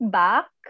back